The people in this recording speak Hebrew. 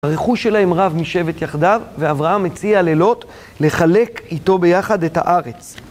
הרכוש שלהם רב משבת יחדיו, ואברהם מציע ללוט לחלק איתו ביחד את הארץ.